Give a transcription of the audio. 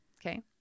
okay